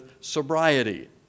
sobriety